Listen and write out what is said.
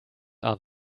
are